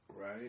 Right